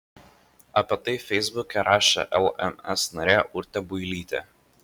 apie tai feisbuke rašė lms narė urtė builytė